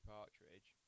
Partridge